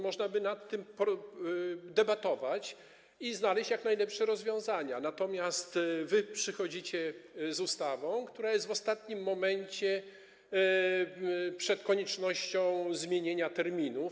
Można by nad tym debatować i znaleźć jak najlepsze rozwiązania, natomiast wy przychodzicie z ustawą, która jest w ostatnim momencie przed koniecznością zmienienia terminów.